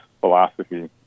philosophy